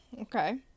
Okay